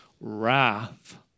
wrath